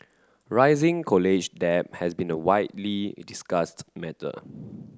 rising college debt has been a widely discussed matter